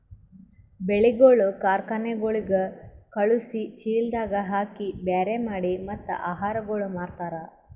ಬೆಳಿಗೊಳ್ ಕಾರ್ಖನೆಗೊಳಿಗ್ ಖಳುಸಿ, ಚೀಲದಾಗ್ ಹಾಕಿ ಬ್ಯಾರೆ ಮಾಡಿ ಮತ್ತ ಆಹಾರಗೊಳ್ ಮಾರ್ತಾರ್